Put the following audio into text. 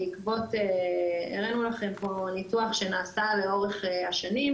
אנחנו הראינו לכם פה ניתוח שנעשה לאורך השנים,